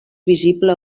visible